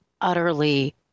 utterly